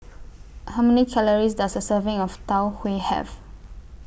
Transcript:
How Many Calories Does A Serving of Tau Huay Have